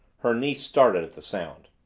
her niece started at the sound.